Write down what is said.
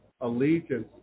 allegiance